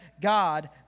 God